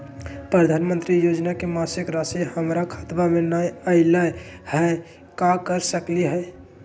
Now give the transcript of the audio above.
प्रधानमंत्री योजना के मासिक रासि हमरा खाता में नई आइलई हई, का कर सकली हई?